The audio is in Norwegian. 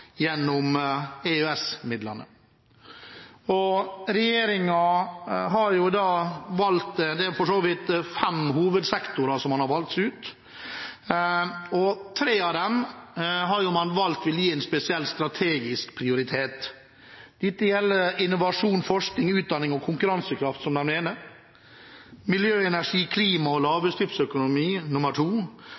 gjennom EØS-midlene, og regjeringen har valgt seg ut fem hovedsektorer, og tre av dem har man valgt å ville gi en spesiell strategisk prioritet. Dette gjelder innovasjon, forskning, utdanning og konkurransekraft som den ene, miljø, energi, klima og lavutslippsøkonomi